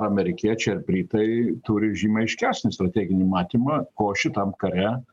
amerikiečiai ar britai turi žymiai aiškesnį strateginį matymą ko šitam kare